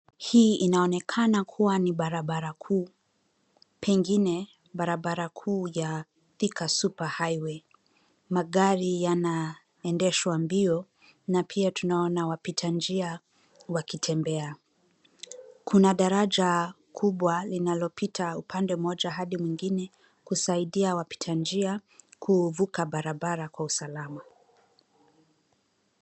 Hii inaonekana kuwa ni barabara kuu pengine barabara kuu ya Thika Super Highway magari yanaendeshwa mbio na pia tunaona wapitanjia wakitembea kuna daraja kubwa linalopita upande mmoja hadi mwingine kusaidia wapita njia kuvuka barabara kwa usalama.